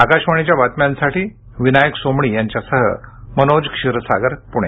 आकाशवाणीच्या बातम्यांसाठी विनायक सोमणी यांच्यासह मनोज क्षीरसागर पुणे